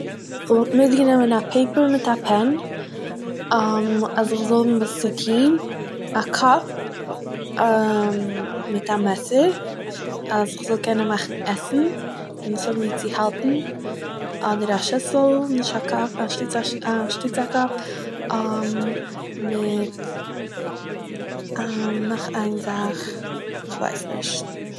איך וואלט מיטגענומען א פייפער מיט א פען, אז איך זאל האבן וואס צו טוהן, א קאפ מיט א מעסער אז איך זאל קענען מאכן עסן און עס האבן ווי צו האלטן, אדער א שיסל, נישט א קאפ - אנשטאטס א- אנשטאטס א קאפ מיט נאך איין זאך, כ'ווייס נישט